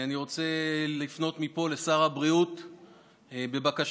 אני רוצה לפנות מפה לשר הבריאות בבקשה,